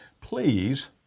Please